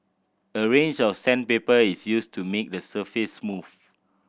a range of sandpaper is used to make the surface smooth